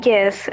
Yes